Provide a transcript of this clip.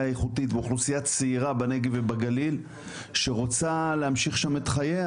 איכותית ואוכלוסייה צעירה בנגב ובגליל שרוצה להמשיך שם את חייה